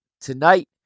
Tonight